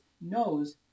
knows